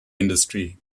industry